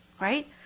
right